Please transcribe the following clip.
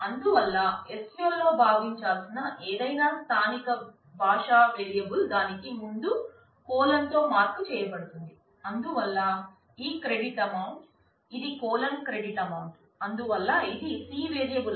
అందువల్ల SQLలో భావించాల్సిన ఏదైనా స్థానిక భాష వేరియబుల్